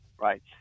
right